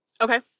Okay